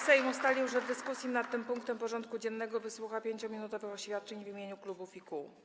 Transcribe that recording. Sejm ustalił, że w dyskusji nad tym punktem porządku dziennego wysłucha 5-minutowych oświadczeń w imieniu klubów i kół.